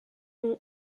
nom